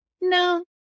No